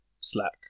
Slack